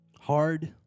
hard